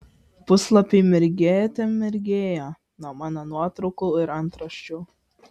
puslapiai mirgėte mirgėjo nuo mano nuotraukų ir antraščių